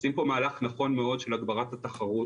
עושים פה מהלך נכון מאוד של הגברת התחרות